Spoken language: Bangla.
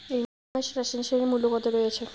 এই মাসে রাসায়নিক সারের মূল্য কত রয়েছে?